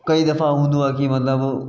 कई दफ़ा हूंदो आहे कि मतिलबु